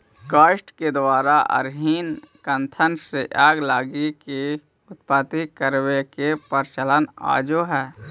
काष्ठ के द्वारा अरणि मन्थन से यज्ञ लगी आग के उत्पत्ति करवावे के प्रचलन आजो हई